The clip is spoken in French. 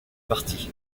partis